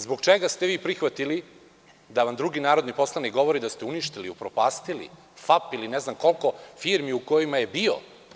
Zbog čega ste vi prihvatili da vam drugi narodni poslanik govori da ste uništili, upropastili FAP ili ne znam koliko firmi u kojima je bio?